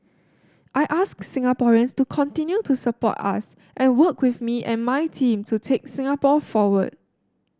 I ask Singaporeans to continue to support us and work with me and my team to take Singapore forward